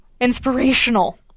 inspirational